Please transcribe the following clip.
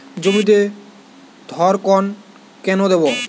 জমিতে ধড়কন কেন দেবো?